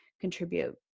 contribute